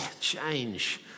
Change